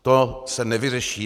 To se nevyřeší.